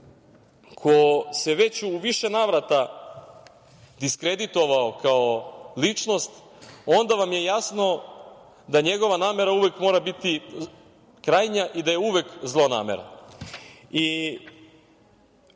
ko se već u više navrata diskreditovao kao ličnost, onda vam je jasno da njegova namera mora uvek biti krajnja i da je uvek zlonamerna. On